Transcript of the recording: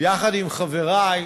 יחד עם חברי,